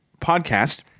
podcast